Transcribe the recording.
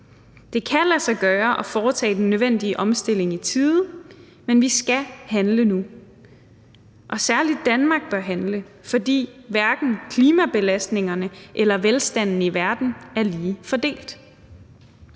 Det kan lade sig gøre at foretage den nødvendige omstilling i tide, men vi skal handle nu, og særlig Danmark bør handle, for hverken klimabelastningerne eller velstanden i verden er lige fordelt.